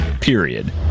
Period